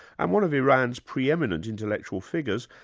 and one of iran's pre-eminent intellectual figures,